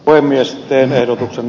pääministerin ehdotuksen